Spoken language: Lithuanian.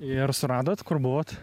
ir suradot kur buvot